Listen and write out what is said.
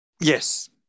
Yes